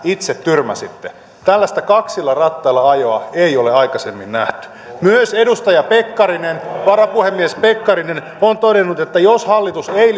itse tyrmäsitte tällaista kaksilla rattailla ajoa ei ole aikaisemmin nähty myös edustaja pekkarinen varapuhemies pekkarinen on todennut että jos hallitus ei